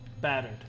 battered